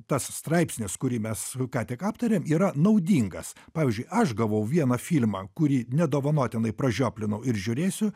tas straipsnis kurį mes ką tik aptarėm yra naudingas pavyzdžiui aš gavau vieną filmą kurį nedovanotinai pražioplinau ir žiūrėsiu